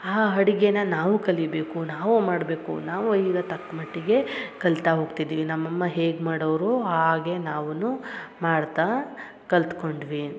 ಆ ಅಡ್ಗೆನ ನಾವು ಕಲಿಯಬೇಕು ನಾವು ಮಾಡಬೇಕು ನಾವು ಈಗ ತಕ್ಕ ಮಟ್ಟಿಗೆ ಕಲಿತಾ ಹೋಗ್ತಿದ್ದೀವಿ ನಮ್ಮ ಅಮ್ಮ ಹೇಗ ಮಾಡೋರು ಹಾಗೆ ನಾವುನು ಮಾಡ್ತಾ ಕಲ್ತ್ಕೊಂಡ್ವಿ